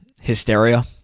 hysteria